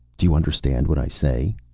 do you understand what i say?